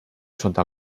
sota